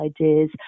ideas